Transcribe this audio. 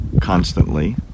constantly